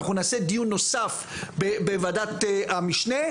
אנחנו נעשה דיון נוסף בוועדת המשנה,